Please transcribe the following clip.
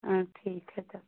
हाँ ठीक है तब